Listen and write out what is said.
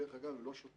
דרך אגב, אלה לא שוטרים.